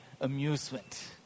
amusement